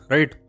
Right